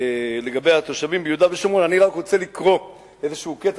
לגבי התושבים ביהודה ושומרון אני רק רוצה לקרוא איזשהו קטע.